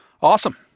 Awesome